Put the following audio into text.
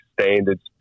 standards